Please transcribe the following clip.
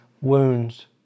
wounds